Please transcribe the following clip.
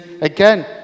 again